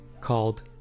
called